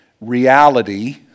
Reality